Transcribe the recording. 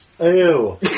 Ew